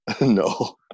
No